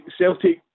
Celtic